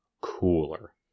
cooler